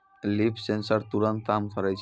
leaf sensor तुरत काम करै छै